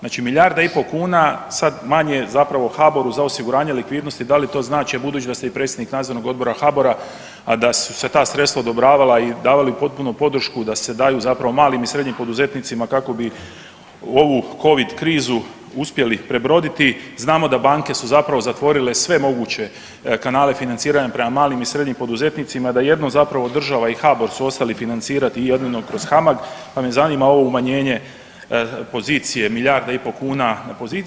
Znači milijarda i pol kuna sad manje zapravo HABOR-u za osiguranje likvidnosti, da li to znači, a budući da ste vi predsjednik nadzornog odbora HABOR-a, a da su se ta sredstva odobravala i davali potpunu podršku da se daju zapravo malim i srednjim poduzetnicima kako bi ovu Covid krizu uspjeli prebroditi, znamo da banke su zapravo zatvorile sve moguće kanale financiranja prema malim i srednjim poduzetnicima, da jedino zapravo država i HABOR su ostali financirati i jedino kroz HAMAG pa me zanima ovo umanjenje pozicije milijarda i pol kuna na poziciji.